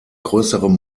größerem